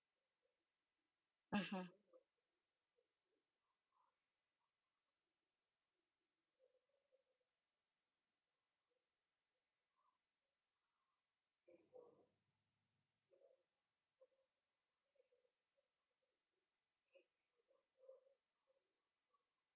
mmhmm